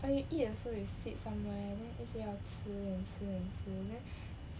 but you eat also you sit somewhere then 一直要吃 and 吃 and 吃 then